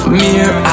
mirror